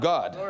God